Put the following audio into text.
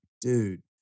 dude